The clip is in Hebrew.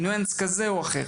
ניואנס כזה או אחר.